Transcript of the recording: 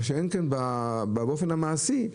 אבל באופן מעשי,